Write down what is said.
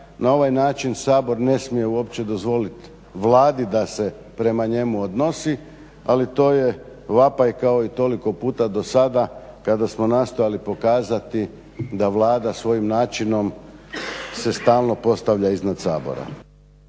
na ovaj način Sabor ne smije uopće dozvoliti Vladi da se prema njemu odnosi, ali to je vapaj kao i toliko puta do sada kada smo nastojali pokazati da Vlada svojim načinom se stalno postavlja iznad Sabora.